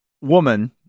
woman